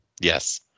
Yes